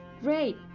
great